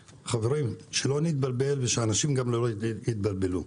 חברים, שלא נתבלבל ושאנשים לא יתבלבלו,